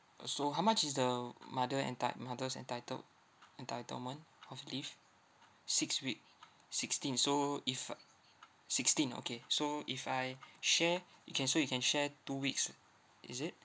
uh so how much is the mother enti~ mother's entitled entitlement of leave six week sixteen so if uh sixteen okay so if I share you can so you can share two weeks is it